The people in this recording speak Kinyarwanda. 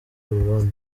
burundi